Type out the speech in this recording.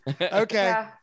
Okay